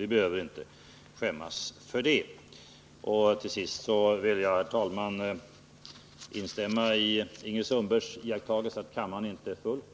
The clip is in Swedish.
Vi behöver inte skämmas för det. Till sist vill jag, herr talman, instämma i Ingrid Sundbergs iakttagelse att kammaren inte är fulltalig.